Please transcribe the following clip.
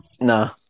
No